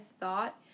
thought